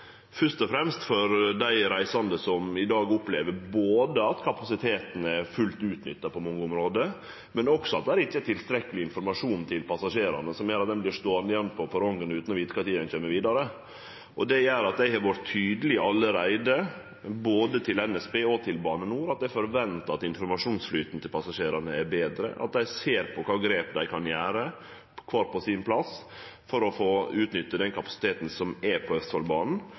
og fremst for dei reisande, som i dag opplever både at kapasiteten er fullt utnytta på mange område, og også at det ikkje er tilstrekkeleg informasjon til passasjerane, som gjer at ein vert ståande igjen på perrongen utan å vite når ein kjem vidare. Det gjer at eg har vore tydeleg allereie, både overfor NSB og overfor Bane NOR, på at eg forventar at informasjonsflyten til passasjerane er betre, at dei ser på kva grep dei kan gjere, kvar på sin plass, for å få utnytte den kapasiteten som er på